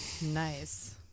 nice